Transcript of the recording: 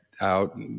out